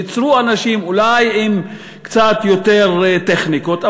ייצרו אנשים אולי עם קצת יותר טכניקות,